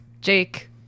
Jake